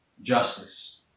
justice